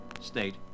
State